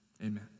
amen